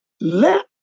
Let